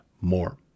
more